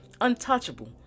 untouchable